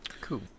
cool